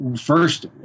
first